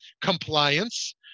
compliance